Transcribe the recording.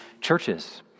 churches